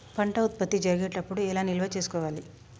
పంట ఉత్పత్తి జరిగేటప్పుడు ఎలా నిల్వ చేసుకోవాలి?